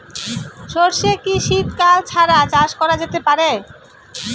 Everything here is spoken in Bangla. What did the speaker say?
সর্ষে কি শীত কাল ছাড়া চাষ করা যেতে পারে?